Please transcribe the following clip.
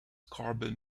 carbon